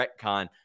retcon